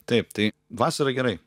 taip tai vasarą gerai